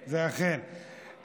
אכן.